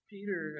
Peter